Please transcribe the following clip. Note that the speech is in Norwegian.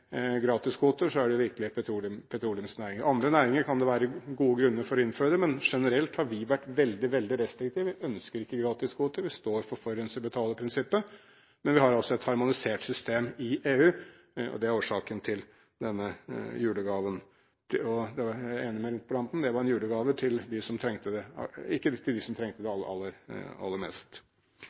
så er det virkelig petroleumsnæringen. I andre næringer kan det være gode grunner for å innføre det, men generelt har vi vært veldig, veldig restriktive. Vi ønsker ikke gratiskvoter, vi står på forurenser-betaler-prinsippet, men vi har altså et harmonisert system i EU, og det er årsaken til denne «julegaven». Og jeg er enig med interpellanten: Det var ikke en julegave til dem som trengte det aller, aller mest. Så har regjeringen etablert et regelverk om køprising i de